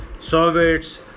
Soviets